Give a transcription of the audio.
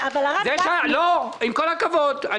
עם כל הכבוד.